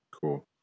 Cool